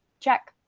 check.